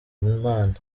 imana